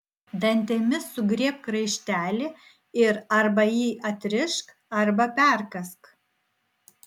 dantimis sugriebk raištelį ir arba jį atrišk arba perkąsk